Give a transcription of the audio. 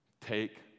take